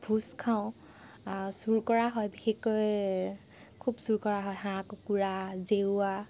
ভোজ খাওঁ চুৰ কৰা হয় বিশেষকৈ খুব চুৰ কৰা হয় হাঁহ কুকুৰা জেওৰা